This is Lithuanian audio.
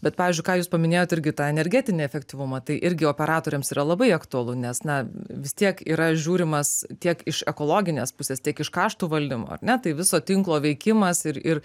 bet pavyzdžiui ką jūs paminėjot irgi tą energetinį efektyvumą tai irgi operatoriams yra labai aktualu nes na vis tiek yra žiūrimas tiek iš ekologinės pusės tiek iš kaštų valdymo ar ne tai viso tinklo veikimas ir ir